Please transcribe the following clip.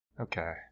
Okay